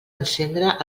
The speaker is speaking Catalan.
encendre